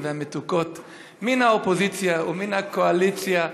והמתוקות מן האופוזיציה ומן הקואליציה,